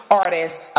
artists